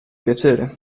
piacere